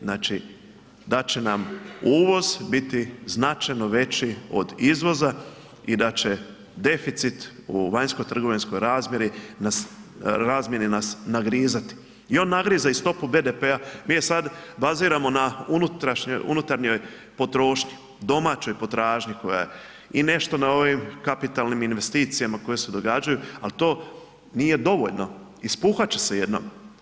Znači, da će nam uvoz biti značajno veći od izvoza i da će deficit u vanjskotrgovinskoj razmjeni nas nagrizati i on nagriza i stopu BDP-a. mi je sad baziramo na unutarnjoj potrošnji, domaćoj potražnji koja i nešto na ovim kapitalnim investicijama koje se događaju, ali to nije dovoljno, ispuhat će se jednom.